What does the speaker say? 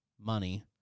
money